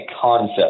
concept